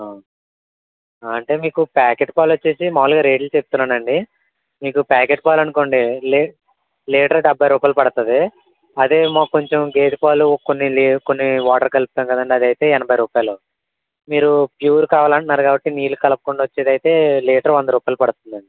అంటే మీకు ప్యాకెట్ పాలు వచ్చి మామూలుగా రేటులు చెప్తున్నాను అండి మీకు ప్యాకెట్ పాలు అనుకోండి లీ లీటరు డెబ్బై రూపాయలు పడుతుంది అదే మాకు కొంచెం గేదె పాలు కొన్ని లీ కొన్ని వాటర్ కలుపుతాం కదండి అది అయితే ఎనభై రూపాయలు మీరు ప్యూర్ కావాలి అంటున్నారు కాబట్టి నీళ్ళు కలపకుండా వచ్చేదైతే లీటరు వంద రూపాయలు పడుతుంది అండి